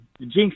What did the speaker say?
jinx